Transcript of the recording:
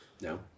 no